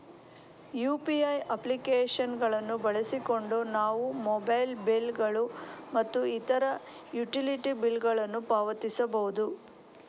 UPI application ಗಳನ್ನು ಬಳಸಿಕೊಂಡು ನಾವು ಮೊಬೈಲ್ ಬಿಲ್ ಗಳು ಮತ್ತು ಇತರ ಯುಟಿಲಿಟಿ ಬಿಲ್ ಗಳನ್ನು ಪಾವತಿಸಬಹುದು